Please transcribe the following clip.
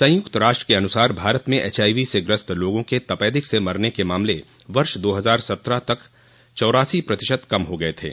संयुक्त राष्ट्र के अनुसार भारत में एचआईवी से ग्रस्त लोगों के तपेदिक से मरने के मामले वर्ष दो हजार सत्रह तक चौरासी प्रतिशत कम हो गए थे